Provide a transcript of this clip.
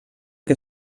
que